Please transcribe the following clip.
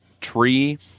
tree